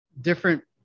different